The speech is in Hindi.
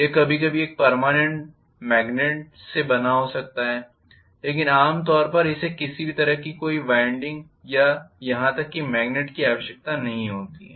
यह कभी कभी एक पर्मनेंट मॅगनेट से बना हो सकता है लेकिन आम तौर पर इसे किसी भी तरह की कोई वाइंडिंग या यहां तक कि मेग्नेट की आवश्यकता नहीं होती है